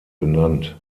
benannt